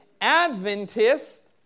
Adventist